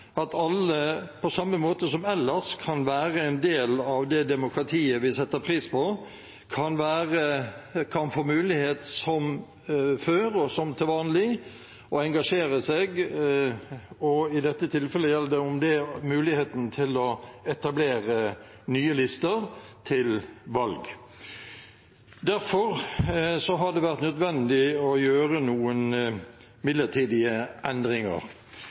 at alle på samme måte som ellers kan være en del av det demokratiet vi setter pris på, og få mulighet som før og som vanlig til å engasjere seg. I dette tilfellet gjelder det muligheten til å etablere nye lister til valg. Derfor har det vært nødvendig å gjøre noen midlertidige endringer.